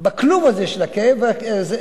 בכלוב הזה של הזאב